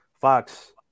Fox